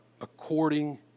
according